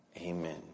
Amen